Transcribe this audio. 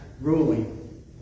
ruling